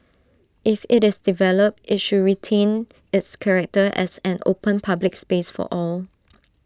if IT is developed IT should retain its character as an open public space for all